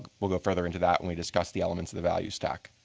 ah will go further into that when we discuss the elements of the value stack.